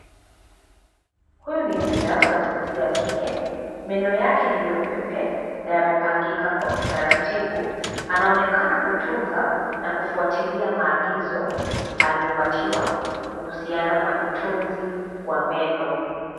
Huyu ni mja wa jinsia ya kike. Meno yake ni meupe pe na yamepangika kwa utaratibu. Anaonekana kutunza na kufuatilia maagizo aliyopatiwa kuhusiana na utunzi wa meno.